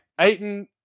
Aiton